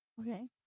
Okay